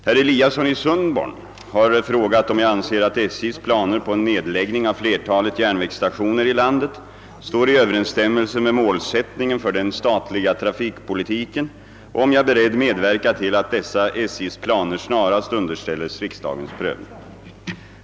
Herr Eliasson i Sundborn har frågat om jag anser att SJ:s planer på en nedläggning av flertalet järnvägsstationer i landet står i överensstämmelse med målsättningen för den statliga trafikpolitiken och om jag är beredd medverka till att dessa SJ:s planer snarast underställes riksdagens prövning.